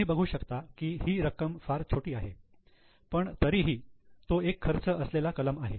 तुम्ही बघू शकता की ही रक्कम फार छोटी आहे पण तरीही तो एक खर्च असलेला कलम आहे